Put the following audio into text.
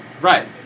Right